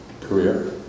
career